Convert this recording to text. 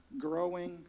growing